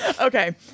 okay